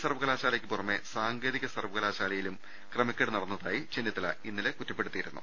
സർവകലാശാലയ്ക്കുപുറമെ സാങ്കേതിക സർവകലാശാലയിലും ക്രമക്കേട് നടന്നതായും ചെന്നിത്തല ഇന്നലെ കുറ്റപ്പെടുത്തിയിരുന്നു